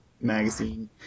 magazine